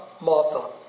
Martha